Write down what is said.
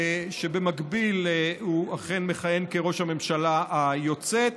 שבמקביל הוא אכן מכהן כראש הממשלה היוצאת,